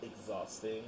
exhausting